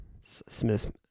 Smith